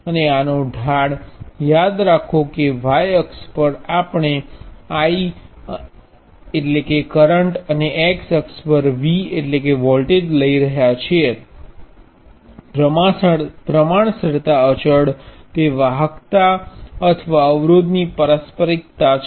અને આનો ઢાળ યાદ રાખો કે y અક્ષ પર આપણે I અને x અક્ષ પર V લઈ રહ્યા છીએ પ્રમાણસરતા અચળ તે વાહકતા અથવા અવરોધની પારસ્પરિકતા છે